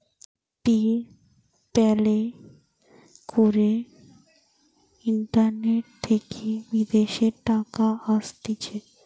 pay প্যালে করে internet থেকে বিদেশের টাকা আসতিছে